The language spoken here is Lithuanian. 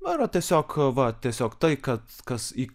arba tiesiog va tiesiog tai kad kas į